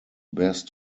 best